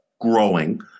growing